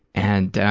and,